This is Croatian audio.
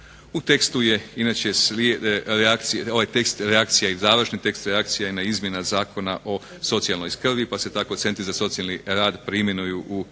tekst je reakcija i završni tekst reakcija je na izmjenu Zakona o socijalnoj skrbi pa se tako centri za socijalni rad preimenuju u